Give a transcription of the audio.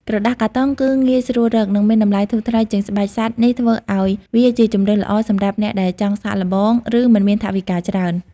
ក្រដាសកាតុងគឺងាយស្រួលរក និងមានតម្លៃធូរថ្លៃជាងស្បែកសត្វ នេះធ្វើឱ្យវាជាជម្រើសល្អសម្រាប់អ្នកដែលចង់សាកល្បង ឬមិនមានថវិកាច្រើន។